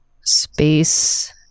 space